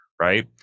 right